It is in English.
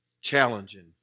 challenging